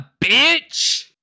bitch